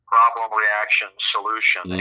Problem-reaction-solution